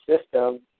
system